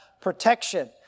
protection